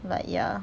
like ya